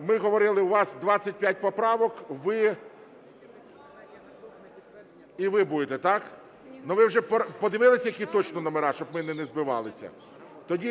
ми говорили, у вас 25 поправок. І ви будете, так? Ну, ви вже подивилися, які точно номери, щоб ми не збивалися? Тоді